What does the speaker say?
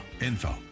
info